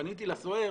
וכשפניתי לסוהר